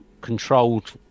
controlled